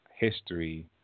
history